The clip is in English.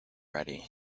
ready